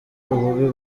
ububi